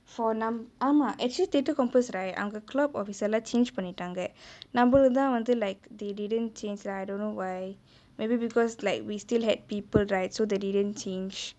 for நம்~ ஆமா:nam~ aama actually threatre compass right அவங்கே:avangae club officer லா:laa change பண்ணிடாங்கே நம்மளுக்குதா வந்து:pannitangge nammalukkuthaa vanthu like they didn't change lah I don't know why maybe because like we still had people right so they didn't change